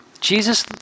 Jesus